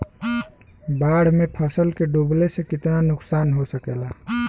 बाढ़ मे फसल के डुबले से कितना नुकसान हो सकेला?